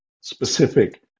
specific